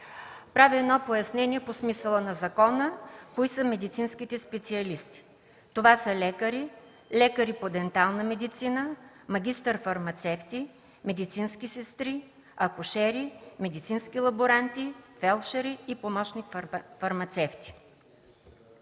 Правя пояснение по смисъла на закона кои са медицинските специалисти. Това са лекари, лекари по дентална медицина, магистър-фармацевти, медицински сестри, акушери, медицински лаборанти, фелдшери и помощник-фармацевти.